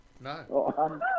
No